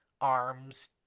arms